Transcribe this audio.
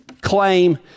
claim